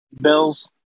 Bills